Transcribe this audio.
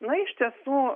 na iš tiesų